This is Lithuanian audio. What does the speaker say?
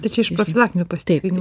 tai čia iš profilaktinių pasitikrinimų